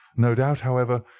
no doubt, however,